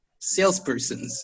salespersons